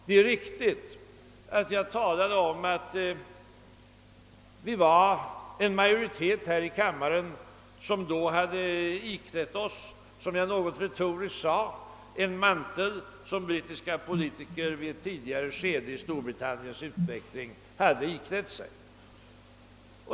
Det är riktigt att jag talade om att vi var en majoritet här i kammaren som då hade iklätt oss — som jag något retoriskt sade — en mantel, som brittiska politiker i ett tidigare skede i Storbritanniens utveckling hade axlat.